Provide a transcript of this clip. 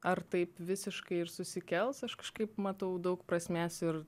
ar taip visiškai ir susikels aš kažkaip matau daug prasmės ir